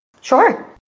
Sure